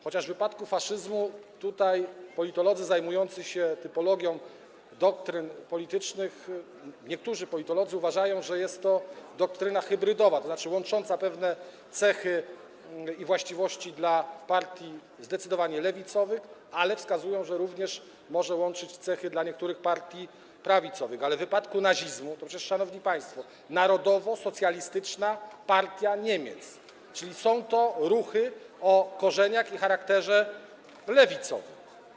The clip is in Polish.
Chociaż w wypadku faszyzmu politolodzy zajmujący się typologią doktryn politycznych, niektórzy politolodzy, uważają, że jest to doktryna hybrydowa, tzn. łącząca pewne cechy i właściwości partii zdecydowanie lewicowych, ale jak wskazują, również mogąca łączyć cechy niektórych partii prawicowych, lecz w wypadku nazizmu to przecież, szanowni państwo, tak jak narodowosocjalistyczna partia Niemiec, są to ruchy o korzeniach i charakterze lewicowym.